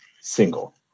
single